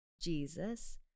Jesus